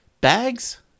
bags